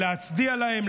היא להצדיע להם,